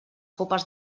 copes